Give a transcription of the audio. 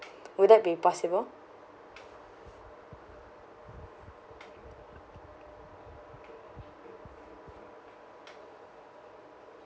would that be possible